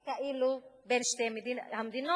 האלו בין שתי המדינות,